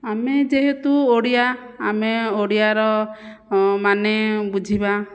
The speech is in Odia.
ଆମେ ଯେହେତୁ ଓଡ଼ିଆ ଆମେ ଓଡ଼ିଆର ମାନେ ବୁଝିବା